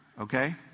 Okay